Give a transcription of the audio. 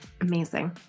Amazing